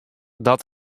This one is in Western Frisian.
dat